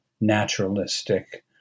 naturalistic